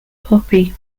poppy